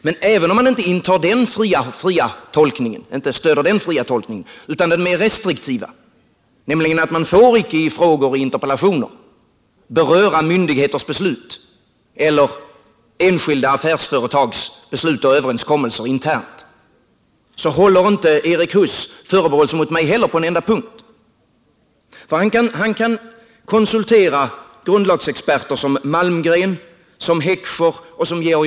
Men även om man inte stöder den fria tolkningen, utan den mer restriktiva, nämligen att man icke får i frågor och interpellationer beröra myndigheters beslut eller enskilda affärsföretags beslut och överenskommelser internt, så håller inte Erik Huss förebråelser mot mig på en enda punkt. Han kan konsultera grundlagsexperter som Malmgren, Heckscher och Georg Andrén.